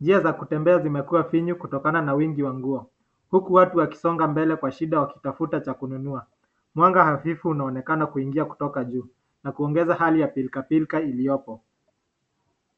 Njia za kutembea zimekuwa finyu kutokana na wingi wa nguo, huku watu wakisonga mbele kwa shida wakitafuta cha kununua. Mwanga hafifu unaonekana kuingia kutoka juu na kuongeza hali ya pilkapilka iliyopo.